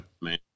man